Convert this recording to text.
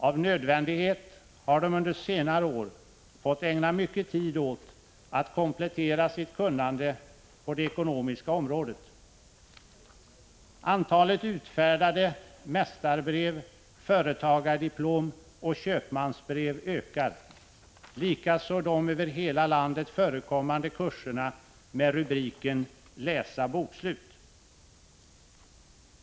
Av nödvändighet har småföretagarna under senare år fått ägna mycket tid åt att komplettera sitt kunnande på det ekonomiska området. Antalet utfärdade mästarbrev, företagardiplom och köpmansbrev ökar, likaså de över hela landet förekommande kurserna med rubriken Läsa bokslut.